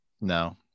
no